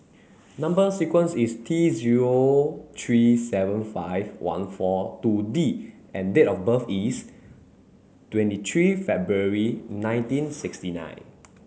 number sequence is T zero three seven five one four two D and date of birth is twenty three February nineteen sixty nine